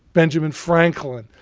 benjamin franklin,